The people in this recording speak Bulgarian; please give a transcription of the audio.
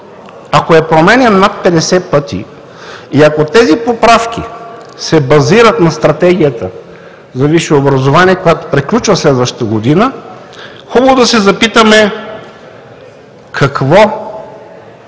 ако е променян над 50 пъти и ако тези поправки се базират на Стратегията за висше образование, която приключва през следващата година, хубаво е да се запитаме какво ще